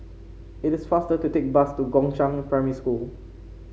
it is faster to take bus to Gongshang Primary School